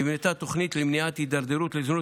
נבנתה תוכנית למניעת הידרדרות לזנות